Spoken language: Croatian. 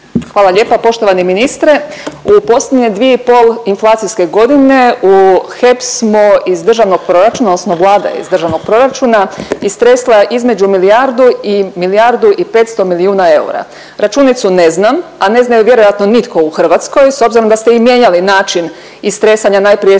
Hvala lijepa poštovani ministre. U posljednje dvije i pol inflacijske godine u HEP smo iz državnog proračuna, odnosno Vlada je iz državnog proračuna istresla između milijardu i milijardu i 500 milijuna eura. Računicu ne znam, a ne zna ju vjerojatno nitko u Hrvatskoj s obzirom da ste i mijenjali način istresanja. Najprije